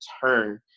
turn